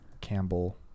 Campbell